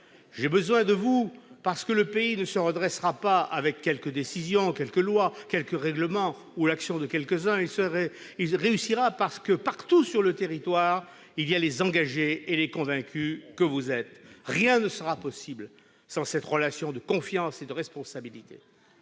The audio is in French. j'ai besoin de vous parce que le pays ne se redressera pas avec quelques décisions, quelques lois, quelques règlements ou l'action de quelques-uns. Il ne réussira que parce que, partout sur le territoire, il y a les engagés et les convaincus que vous êtes. « Rien ne sera possible sans cette relation de confiance et de responsabilité.